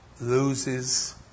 loses